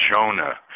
Jonah